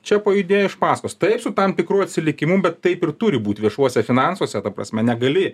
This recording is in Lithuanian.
čia pajudėjo iš pasakos taip su tam tikru atsilikimu bet taip ir turi būt viešuose finansuose ta prasme negali